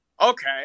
Okay